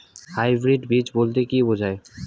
Hybrid বীজ বলতে কী বোঝায়?